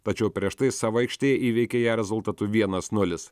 tačiau prieš tai savo aikštėje įveikė ją rezultatu vienas nulis